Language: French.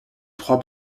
trois